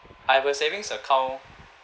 I have a savings account